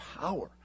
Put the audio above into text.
power